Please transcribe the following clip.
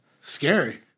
Scary